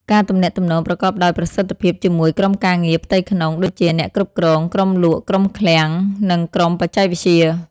ការទំនាក់ទំនងប្រកបដោយប្រសិទ្ធភាពជាមួយក្រុមការងារផ្ទៃក្នុង ដូចជាអ្នកគ្រប់គ្រង ក្រុមលក់ ក្រុមឃ្លាំង និងក្រុមបច្ចេកវិទ្យា។